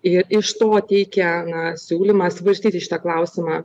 ir iš to teikia na siūlymą svarstyti šitą klausimą